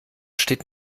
steht